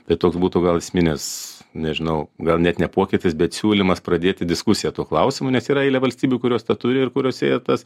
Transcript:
tai toks būtų gal esminis nežinau gal net ne pokytis bet siūlymas pradėti diskusiją tuo klausimu nes yra eilė valstybių kurios tą turi ir kuriose tas